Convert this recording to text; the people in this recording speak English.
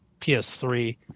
PS3